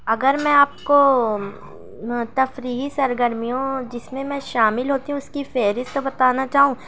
اگر میں آپ کو تفریحی سرگرمیوں جس میں میں شامل ہوتی ہوں اس کی فہرست بتانا چاہوں